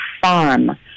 Farm